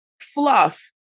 fluff